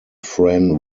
fran